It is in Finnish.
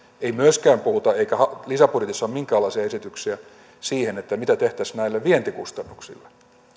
ei myöskään puhuta eikä lisäbudjetissa ole minkäänlaisia esityksiä siitä mitä tehtäisiin näille vientikustannuksille